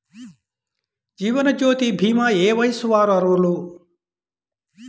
జీవనజ్యోతి భీమా ఏ వయస్సు వారు అర్హులు?